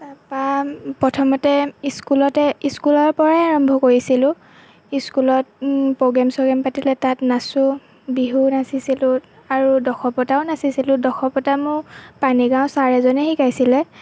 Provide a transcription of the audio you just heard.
তাৰপৰা প্ৰথমতে স্কুলতে স্কুলৰ পৰাই আৰম্ভ কৰিছিলোঁ স্কুলত প্ৰ'গ্ৰেম চ'গ্ৰেম পাতিলে তাত নাচোঁ বিহু নাচিছিলোঁ আৰু দশৱতাৰো নাচিছিলোঁ দশৱতাৰ মোক পানীগাঁৱৰ ছাৰ এজনে শিকাইছিলে